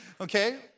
Okay